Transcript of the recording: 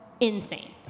insane